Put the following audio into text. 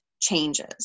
changes